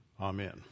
Amen